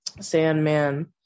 Sandman